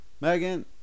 Megan